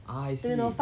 ah I see